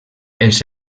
els